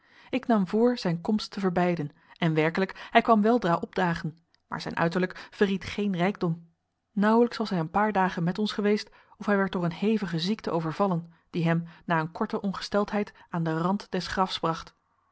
ik nam voor zijn komst te verbeiden en werkelijk hij kwam weldra opdagen maar zijn uiterlijk verried geen rijkdom nauwelijks was hij een paar dagen met ons geweest of hij werd door een hevige ziekte overvallen die hem na een korte ongesteldheid aan den rand des grafs bracht